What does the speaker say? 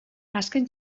azken